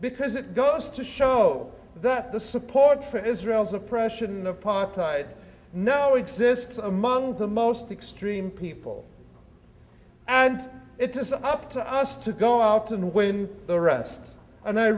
because it goes to show that the support for israel's oppression apartheid know exists among the most extreme people and it is up to us to go out and win the rest and i